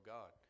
God